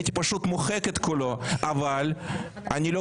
הייתי פשוט מוחק את כולו,